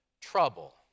trouble